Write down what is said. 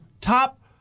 top